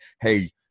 hey